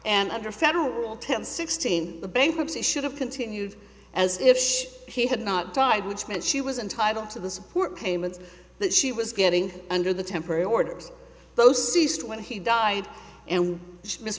and under federal ten sixteen the bankruptcy should have continued as if he had not died which meant she was entitled to the support payments that she was getting under the temporary orders though ceased when he died and